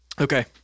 Okay